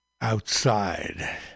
outside